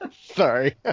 Sorry